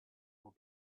will